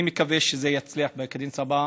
אני מקווה שזה יצליח בקדנציה הבאה,